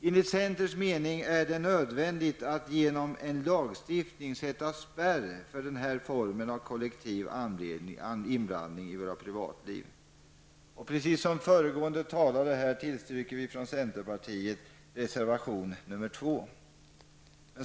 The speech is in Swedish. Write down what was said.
Enligt centerns mening är det nödvändigt att genom en lagstiftning sätta spärr för den här formen av kollektiv inblandning i våra privatliv. Precis som föregående talare tillstyrker vi från centerpartiet reservation nr 2.